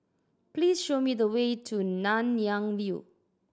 please show me the way to Nanyang View